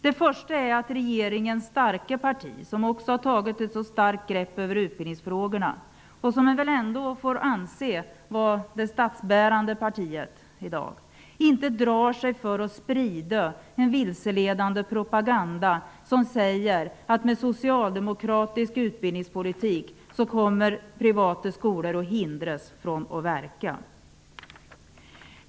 Det första är att regeringens starka parti, som har tagit ett så starkt grepp om utbildningsfrågorna och som man väl får anse vara det statsbärande partiet i dag, inte drar sig för att sprida vilseledande propaganda, som säger att privata skolor med en socialdemokratisk utbildningspolitik kommer att hindras från att verka.